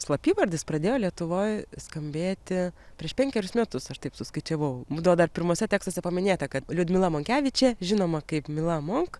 slapyvardis pradėjo lietuvoj skambėti prieš penkerius metus aš taip suskaičiavau būdavo dar pirmuose tekstuose paminėta kad liudmila monkevičė žinoma kaip mila monk